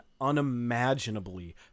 unimaginably